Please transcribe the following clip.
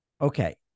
Okay